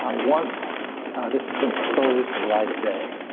ah once this has been exposed to the light of day,